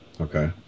Okay